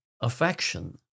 affection